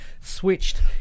switched